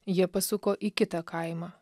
jie pasuko į kitą kaimą